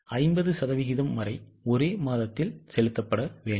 50 சதவீதம் வரை ஒரே மாதத்தில் செலுத்தப்பட வேண்டும்